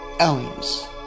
aliens